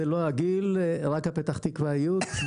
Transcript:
רק הפתח תקוואיות.